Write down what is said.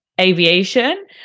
aviation